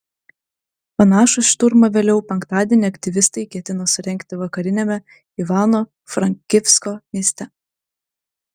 panašų šturmą vėliau penktadienį aktyvistai ketina surengti vakariniame ivano frankivsko mieste